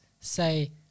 say